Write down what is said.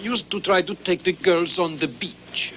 used to try to take the girls on the beach